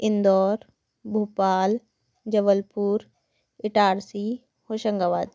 Indore Bhopal Jabalpur Itarsi Hoshangabad